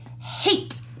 hate